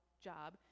job